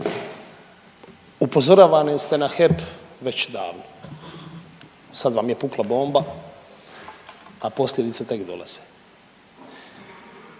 Upozoravani ste na HEP već davno. Sad vam je pukla bomba, a posljedice tek dolaze.